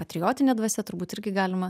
patriotinė dvasia turbūt irgi galima